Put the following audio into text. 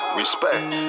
respect